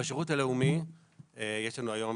בשירות הלאומי יש לנו היום